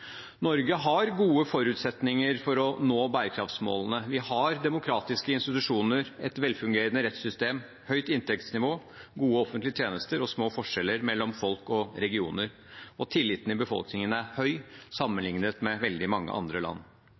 Norge har gode forutsetninger for å nå bærekraftsmålene. Vi har demokratiske institusjoner, et velfungerende rettssystem, høyt inntektsnivå, gode offentlige tjenester og små forskjeller mellom folk og regioner, og tilliten i befolkningen er høy sammenlignet med veldig mange andre land.